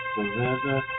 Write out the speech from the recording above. Forever